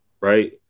right